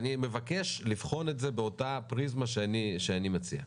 אני מבקש לבחון את זה באותה הפריזמה שאני מציע.